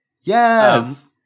Yes